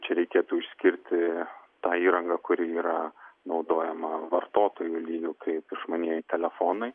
čia reikėtų išskirti tą įrangą kuri yra naudojama vartotojų lygiu kaip išmanieji telefonai